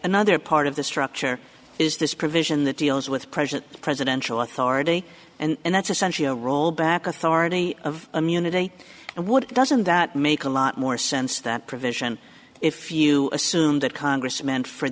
nother part of the structure is this provision that deals with present presidential authority and that's essentially a roll back authority of immunity and what doesn't that make a lot more sense that provision if you assume that congress meant for